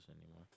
anymore